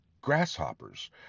grasshoppers